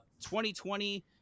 2020